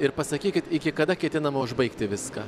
ir pasakykit iki kada ketinama užbaigti viską